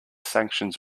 sanctions